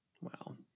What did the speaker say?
Wow